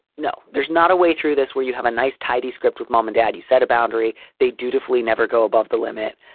no. there's not a way through this where you have a nice, tidy script with mom and dad. you set a boundary. they dutifully never go above the limit.